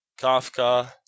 Kafka